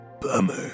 Bummer